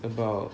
about